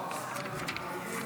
לוועדה נתקבלה.